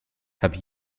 have